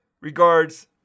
Regards